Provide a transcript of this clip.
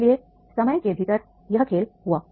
इसलिए समय के भीतर वह खेल हुआ